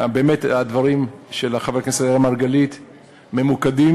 באמת הדברים של חבר הכנסת אראל מרגלית ממוקדים